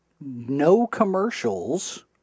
no-commercials